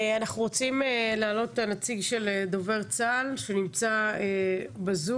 אנחנו רוצים להעלות את נציג דובר צה"ל שנמצא בזום.